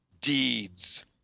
deeds